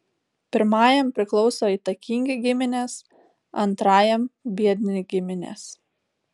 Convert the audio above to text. pirmajam priklauso įtakingi giminės antrajam biedni giminės